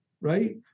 right